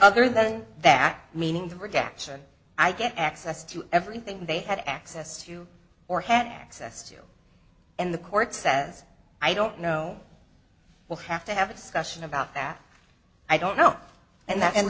other than that meaning the rejection i get access to everything they had access to or had access to and the court says i don't know we'll have to have a discussion about that i don't know and that and